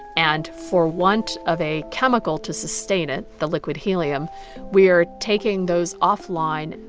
and for want of a chemical to sustain it the liquid helium we are taking those off-line,